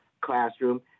classroom